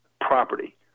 property